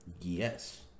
Yes